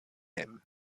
him